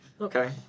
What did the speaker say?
Okay